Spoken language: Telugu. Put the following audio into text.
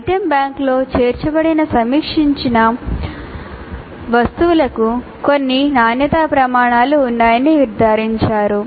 ఐటెమ్ బ్యాంకులో చేర్చబడిన సమీక్షించిన వస్తువులకు కొన్ని నాణ్యతా ప్రమాణాలు ఉన్నాయని నిర్ధారించారు